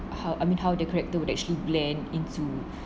I mean how the character would actually blend into